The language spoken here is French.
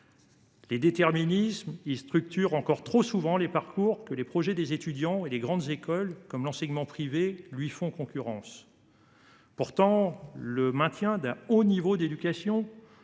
Les déterminismes y structurent encore trop souvent les parcours des étudiants et tant les grandes écoles que l’enseignement privé lui font concurrence. Pourtant, maintenir un haut niveau d’éducation